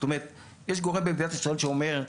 זאת אומרת יש גורם במדינת ישראל שאומר מעניין,